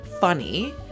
funny